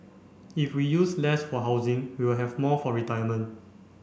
if we use less for housing we will have more for retirement